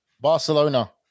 Barcelona